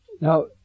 Now